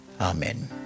Amen